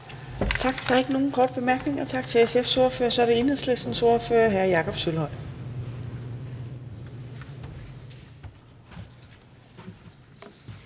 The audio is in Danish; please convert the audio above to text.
Tak. Der er ingen korte bemærkninger. Tak til SF's ordfører. Så er det Enhedslistens ordfører, hr. Jakob Sølvhøj.